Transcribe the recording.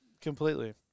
Completely